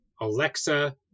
Alexa